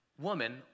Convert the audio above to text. woman